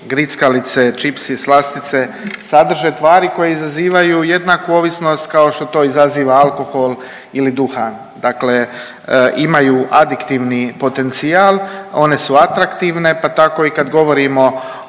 grickalice, čipsi, slastice sadrže tvari koje izazivaju jednaku ovisnost kao što to izaziva alkohol ili duhan dakle imaju adiktivni potencijal, one su atraktivne pa tako i kad govorimo o